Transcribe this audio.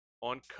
on